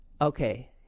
okay